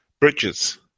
Bridges